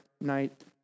night